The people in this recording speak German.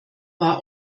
war